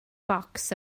bocs